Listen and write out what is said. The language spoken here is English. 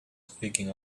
speaking